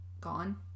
gone